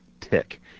tick